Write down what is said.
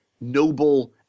noble